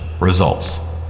Results